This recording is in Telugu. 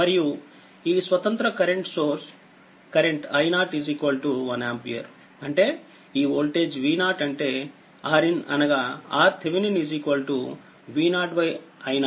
మరియు ఈ స్వతంత్ర కరెంట్ సోర్స్ కరెంట్ i0 1ఆంపియర్అంటేఈ వోల్టేజ్V0 అంటేRinఅనగా RThevenin V0 i0